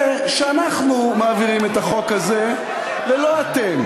שאנחנו מעבירים את החוק הזה ולא אתם?